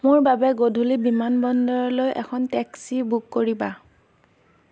মোৰ বাবে গধুলি বিমানবন্দৰলৈ এখন টেক্সি বুক কৰিবা